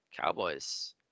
Cowboys